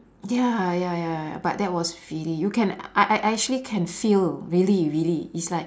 ya ya ya but that was really you can I I I can actually feel really really it's like